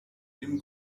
dem